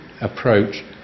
approach